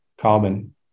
common